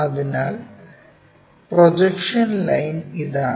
അതിനാൽ projection line ഇതാണ്